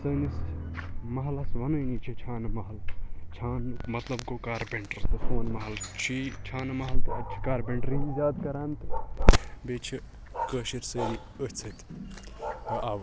تہٕ سٲنِس مَحلَس وَنٲنی چھِ چھانہٕ محلہٕ چھان مَطلَب گوٚو کارپنٹَر تہٕ سون مَحلہٕ چھُ یی چھانہٕ مَحلہٕ اَتہِ چھِ کارپنٹریی زیادٕ کَران تہٕ بیٚیہِ چھِ کٲشِر سٲری أتھۍ سۭتۍ آوٕر